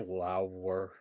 Flower